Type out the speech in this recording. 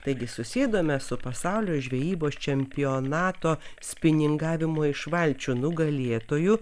taigi susėdome su pasaulio žvejybos čempionato spiningavimo iš valčių nugalėtoju